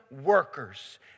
workers